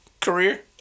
career